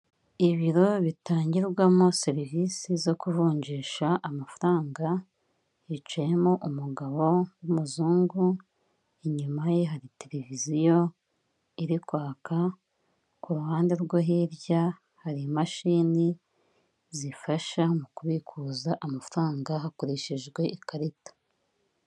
Ibiro bitangirwamo serivisi zo kuvunjisha amafaranga hicayemo umugabo w'umuzungu, inyuma ye hari televiziyo iri kwaka, ku ruhande rwo hirya hari imashini zifasha mu kubikuza amafaranga hakoreshejwe ikarita.